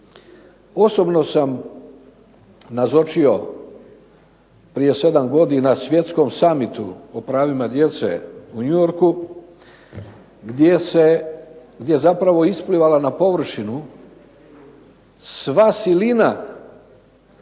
Osobno sam nazočio prije 7 godina Svjetskom summitu o pravima djece u New Yorku gdje je zapravo isplivala na površinu sva silina kršenja